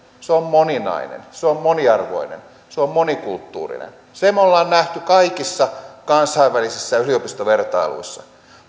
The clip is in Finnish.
se on moninainen se on moniarvoinen se on monikulttuurinen sen me olemme nähneet kaikissa kansainvälisissä yliopistovertailuissa